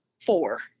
Four